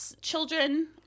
children